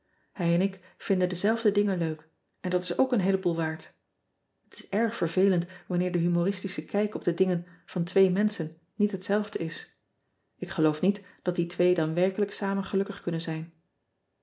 en ik vinden dezelfde dingen leuk en dat is ook een heeleboel waard et is erg vervelend wanneer de humoristische kijk op de dingen van twee menschen niet hetzelfde is k geloof niet dat die twee dan werkelijk samen gelukkig kunnen zijn